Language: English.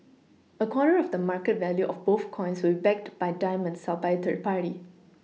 a quarter of the market value of both coins will be backed by diamonds held by a third party